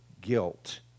guilt